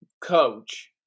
coach